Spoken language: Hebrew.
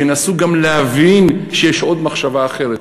שינסו גם להבין שיש עוד מחשבה אחרת,